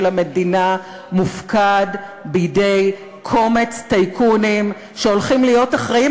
המדינה מופקד בידי קומץ טייקונים שהולכים להיות אחראים